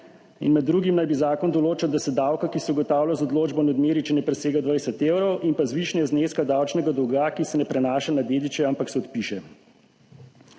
in med drugim naj bi zakon določal, da se davka, ki se ugotavlja z odločbo ne odmeri, če ne presega 20 evrov in pa zvišanje zneska davčnega dolga, ki se ne prenaša na dediče, ampak se odpiše.